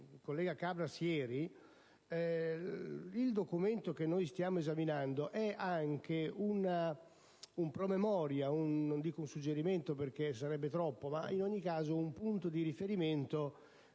il documento che stiamo esaminando sia anche un promemoria - non dico un suggerimento, perché sarebbe troppo - un punto di riferimento